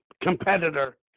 competitor